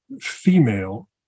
female